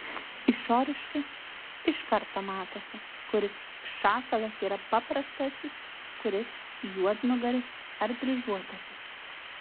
išoriškai iš karto matosi kuris šakalas yra paprastasis kuris juodnugaris ar dryžuotasis